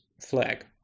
flag